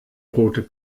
rote